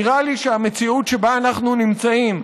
נראה לי שהמציאות שבה אנחנו נמצאים,